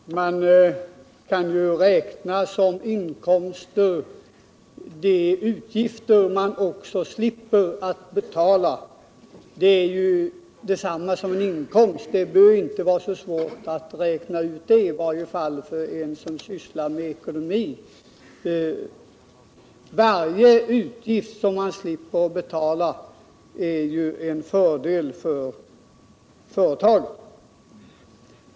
Herr talman! Man kan ju räkna som inkomster också de utgifter man slipper betala — det är detsamma som inkomster. Det bör inte vara så svårt att räkna ut, i varje fall för dem som sysslar med ekonomi. Varje utgift som man slipper betala är ju en fördel för företaget.